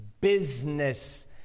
business